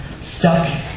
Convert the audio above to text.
stuck